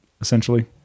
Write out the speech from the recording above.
essentially